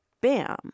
Bam